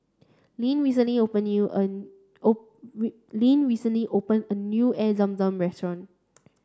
lyn recently opened new a lyn recently opened a new Air Zam Zam restaurant